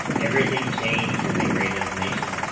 everything changed and the greatest nation